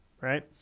right